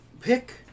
pick